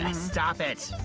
stop it.